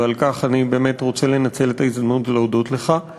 ואני באמת רוצה לנצל את ההזדמנות ולהודות לך על כך.